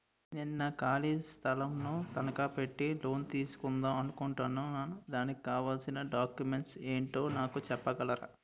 నేను నా ఖాళీ స్థలం ను తనకా పెట్టి లోన్ తీసుకుందాం అనుకుంటున్నా దానికి కావాల్సిన డాక్యుమెంట్స్ ఏంటో నాకు చెప్పగలరా?